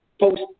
post